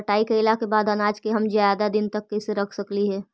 कटाई कैला के बाद अनाज के हम ज्यादा दिन तक कैसे रख सकली हे?